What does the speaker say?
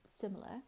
similar